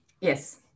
Yes